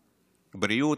בריאות.